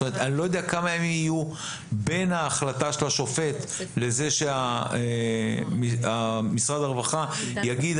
אני לא יודע כמה ימים יהיו בין ההחלטה של השופט לזה שמשרד הרווחה יגיד,